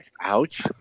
ouch